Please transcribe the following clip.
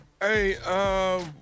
Hey